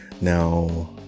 now